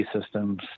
systems